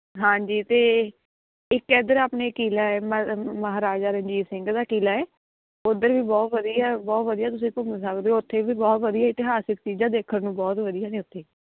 ਹਾਂਜੀ ਅਤੇ ਇੱਕ ਇੱਧਰ ਆਪਣੇ ਕਿਲ੍ਹਾ ਹੈ ਮ ਮਹਾਰਾਜਾ ਰਣਜੀਤ ਸਿੰਘ ਦਾ ਕਿਲ੍ਹਾ ਹੈ ਉੱਧਰ ਵੀ ਬਹੁਤ ਵਧੀਆ ਬਹੁਤ ਵਧੀਆ ਤੁਸੀਂ ਘੁੰਮ ਸਕਦੇ ਹੋ ਉੱਥੇ ਵੀ ਬਹੁਤ ਵਧੀਆ ਇਤਿਹਾਸਿਕ ਚੀਜ਼ਾਂ ਦੇਖਣ ਨੂੰ ਬਹੁਤ ਵਧੀਆ ਨੇ ਉੱਥੇ